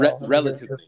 Relatively